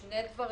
שני דברים.